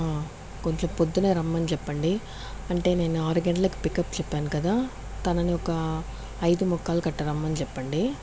కొంచెం పొద్దునే రమ్మని చెప్పండి అంటే నేను ఆరు గంటలకు పికప్ చెప్పాను కదా తనని ఒక ఐదు ముక్కాల్ అట్ట రమ్మని చెప్పండీ